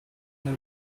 nel